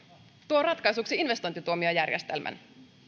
tuo ratkaisuksi investointituomiojärjestelmän